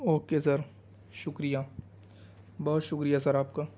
okay sir شکریہ بہت شکریہ سر آپ کا